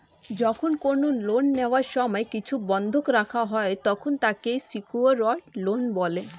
যখন কোন লোন নেওয়ার সময় কিছু বন্ধক রাখা হয়, তখন তাকে সিকিওরড লোন বলে